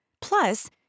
Plus